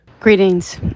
Greetings